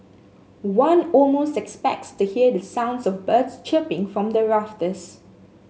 one almost expects to hear the sounds of birds chirping from the rafters